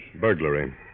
Burglary